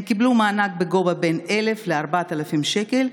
הם קיבלו מענק בגובה שבין 1,000 ל-4,000 שקל,